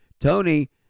Tony